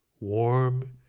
warm